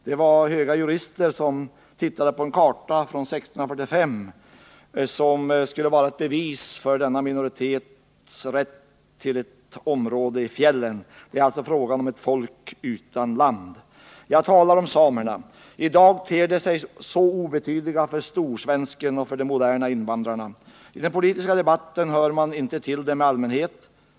Det var höga jurister som tittade på en karta från 1645, som skulle vara ett bevis för denna minoritets rätt till ett område i fjällen. Det är alltså fråga om ett folk utan land. Jag talar om samerna. I dag ter de sig obetydliga för storsvensken och för de moderna invandrarna. I den politiska debatten hör man inte om dem i allmänhet.